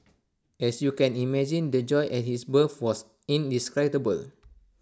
as you can imagine the joy at his birth was indescribable